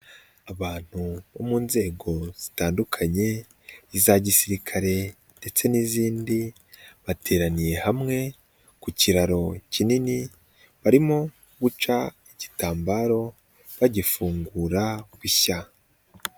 Abantu bo mu nzego zitandukanye za gisirikare ndetse n'izindi, bateraniye hamwe ku kiraro kinini barimo guca igitambaro bagifungura bishya.